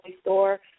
store